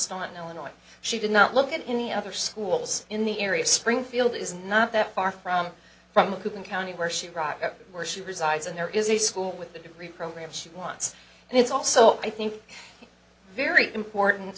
stolen illinois she did not look at any other schools in the area springfield is not that far from from the cuban county where she rock where she resides and there is a school with a degree program she wants and it's also i think very important